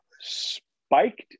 Spiked